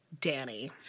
Danny